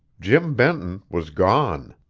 jim benton was gone